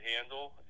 handle